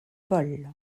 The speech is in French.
paul